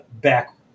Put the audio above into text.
back